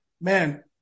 man